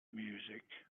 music